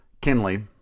Kinley